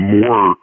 more